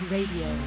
Radio